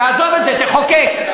תעזוב את זה, תחוקק.